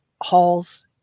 Hall's